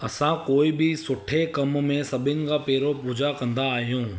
असां कोई बि सुठे कम में सभिनि खां पहिरियों पूजा कंदा आहियूं